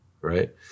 right